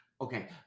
Okay